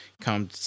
Come